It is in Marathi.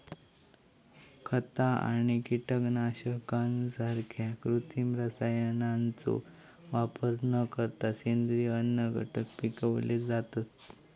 खता आणि कीटकनाशकांसारख्या कृत्रिम रसायनांचो वापर न करता सेंद्रिय अन्नघटक पिकवले जातत